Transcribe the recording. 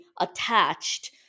attached